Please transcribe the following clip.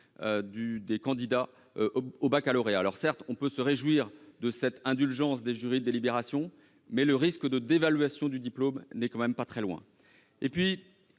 des candidats au baccalauréat. Certes on peut se réjouir de cette indulgence des jurys de délibération, mais le risque de dévaluation du diplôme n'est quand même pas très loin